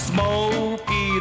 Smoky